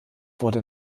wurde